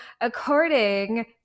according